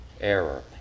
error